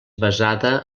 basada